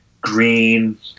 green